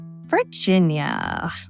Virginia